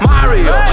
Mario